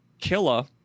Killa